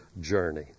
journey